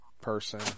person